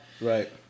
Right